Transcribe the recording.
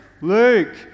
Luke